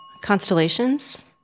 Constellations